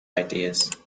ideas